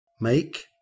make